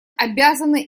обязаны